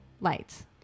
Lights